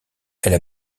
elle